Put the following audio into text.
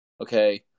okay